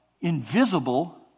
Invisible